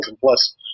plus